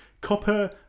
Copper